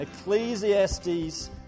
Ecclesiastes